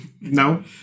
No